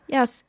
Yes